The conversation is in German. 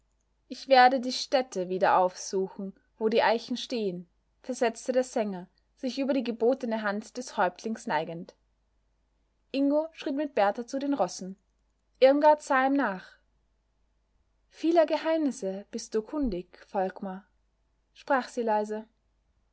ich werde die stätte wieder aufsuchen wo die eichen stehen versetzte der sänger sich über die gebotene hand des häuptlings neigend ingo schritt mit berthar zu den rossen irmgard sah ihm nach vieler geheimnisse bist du kundig volkmar sprach sie leise